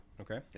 Okay